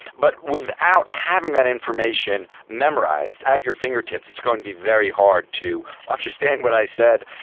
but without having that information memorised at your fingertips, it's going to be very hard to understand what i said.